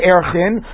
Erchin